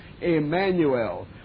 Emmanuel